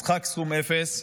משחק סכום אפס.